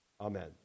Amen